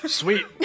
sweet